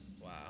Wow